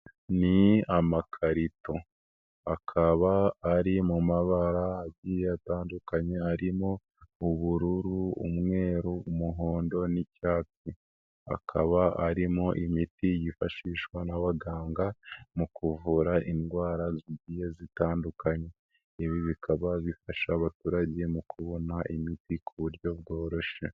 Ni amakarito, akaba ari mu mabarabiri atandukanye, arimo, ubururu, umweru, umuhondo n'icyatsi, akaba arimo imiti yifashishwa n'abaganga, mu kuvura indwara zigiye tandukanye, ibi bikaba bifasha abaturage mu kubona imiti kuburyo bworoshye.